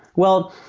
well,